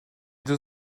deux